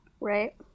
Right